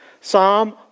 Psalm